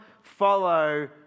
follow